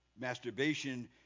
Masturbation